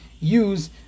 use